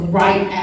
right